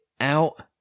out